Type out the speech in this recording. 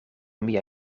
mia